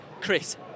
Chris